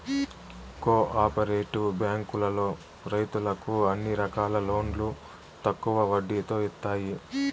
co operative బ్యాంకులో రైతులకు అన్ని రకాల లోన్లు తక్కువ వడ్డీతో ఇత్తాయి